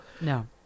No